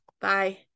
Bye